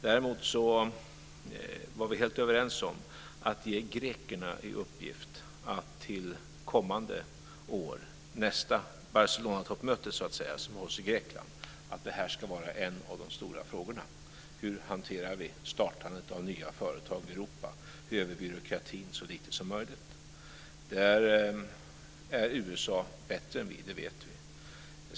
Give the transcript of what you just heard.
Däremot var vi helt överens om att ge grekerna i uppgift att till kommande år, nästa toppmöte som hålls i Grekland, göra till en av de stora frågorna hur vi hanterar startandet av nya företag i Europa med så lite byråkrati som möjligt. Där är USA bättre än vi, det vet vi.